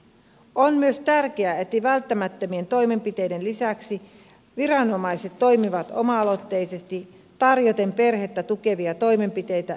on myös tärkeää että välttämättömien toimenpiteiden lisäksi viranomaiset toimivat oma aloitteisesti tarjoten perhettä tukevia toimenpiteitä ja yhteistyötä